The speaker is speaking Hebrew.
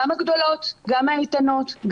גם הגדולות והאיתנות,